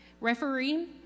referee